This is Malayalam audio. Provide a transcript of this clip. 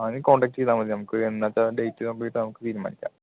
ആ എങ്കിൽ കോൺടാക്റ്റ് ചെയ്താൽ മതി നമുക്ക് എന്നാച്ചാൽ ഡേറ്റ് കണ്ട് തീരുമാനിക്കാം